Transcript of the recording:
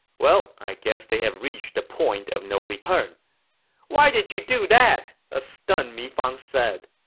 well, i guess they have reached the point of no return why did you do that! a stunned mi fang said